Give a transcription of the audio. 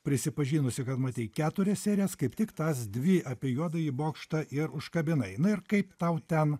prisipažinusi kad matei keturias serijas kaip tik tas dvi apie juodąjį bokštą ir užkabinai na ir kaip tau ten